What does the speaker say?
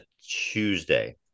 Tuesday